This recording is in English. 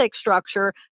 structure